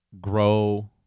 Grow